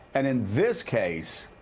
and in this case,